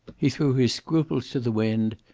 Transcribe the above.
he threw his scruples to the wind,